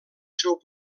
seu